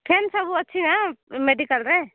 ଫେନ୍ ସବୁ ଅଛି ନା ମେଡ଼ିକାଲ୍ରେ